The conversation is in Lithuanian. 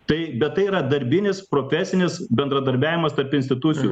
tai bet tai yra darbinis profesinis bendradarbiavimas tarp institucijų